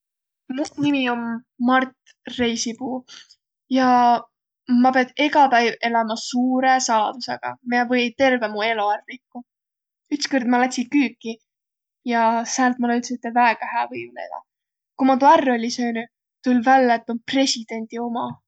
Muq nimi om Mart Reisipuu ja ma piät egä päiv elämä suurõ saladusõga, miä või terve mu elo ärq rikkuq. Ütskõrd ma lätsi küüki ja säält ma löüdse üte väega hää võiuleevä. Ku ma tuu är olli söönüq, tull' vällä, et tuu oll' presidendi uma.